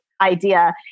idea